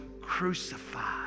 crucified